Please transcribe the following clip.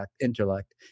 intellect